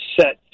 set